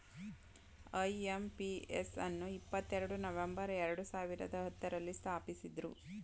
IMPS ಅನ್ನು ಇಪ್ಪತ್ತೆರಡು November ಎರಡು ಸಾವಿರದ ಹತ್ತುರಲ್ಲಿ ಸ್ಥಾಪಿಸಿದ್ದ್ರು